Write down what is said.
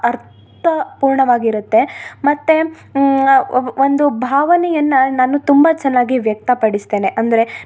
ಅರ್ಥ ಪೂರ್ಣವಾಗಿರತ್ತೆ ಮತ್ತು ಒಬ್ಬ ಒಂದು ಭಾವನೆಯನ್ನು ನಾನು ತುಂಬ ಚೆನ್ನಾಗಿ ವ್ಯಕ್ತ ಪಡಿಸ್ತೇನೆ ಅಂದರೆ